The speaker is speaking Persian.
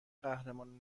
قهرمان